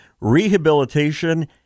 Rehabilitation